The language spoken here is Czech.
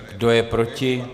Kdo je proti?